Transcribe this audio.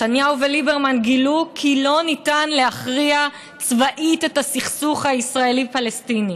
נתניהו וליברמן גילו כי לא ניתן להכריע צבאית בסכסוך הישראלי פלסטיני.